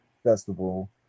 Festival